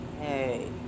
Hey